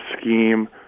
scheme